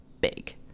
big